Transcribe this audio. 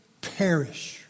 perish